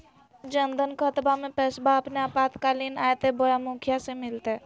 जन धन खाताबा में पैसबा अपने आपातकालीन आयते बोया मुखिया से मिलते?